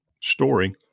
story